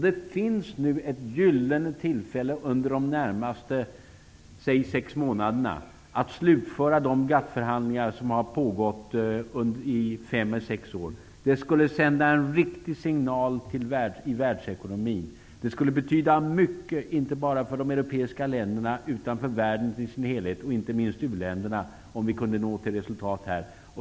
Det finns nu, under de närmaste sex månaderna, ett gyllene tillfälle att slutföra de GATT-förhandlingar som har pågått under fem eller sex år. Det skulle sända en riktig signal i världsekonomin. Det skulle betyda mycket, inte bara för de europeiska länderna utan för världen i dess helhet, och inte minst u-länderna, om vi kunde nå resultat här.